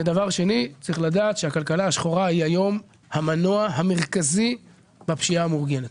צריך לדעת שהכלכלה השחורה היא היום המנוע המרכזי בפשיעה המאורגנת.